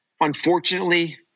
unfortunately